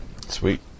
Sweet